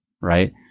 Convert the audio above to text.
Right